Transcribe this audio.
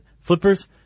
flippers